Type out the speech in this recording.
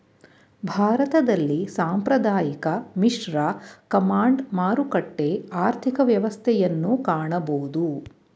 ಭಾರತದಲ್ಲಿ ಸಾಂಪ್ರದಾಯಿಕ, ಮಿಶ್ರ, ಕಮಾಂಡ್, ಮಾರುಕಟ್ಟೆ ಆರ್ಥಿಕ ವ್ಯವಸ್ಥೆಯನ್ನು ಕಾಣಬೋದು